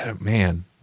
man